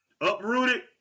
Uprooted